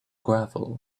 gravel